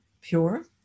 pure